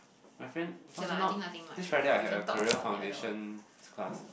my friend wasn't not this Friday I have career foundation class